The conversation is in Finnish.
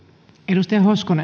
arvoisa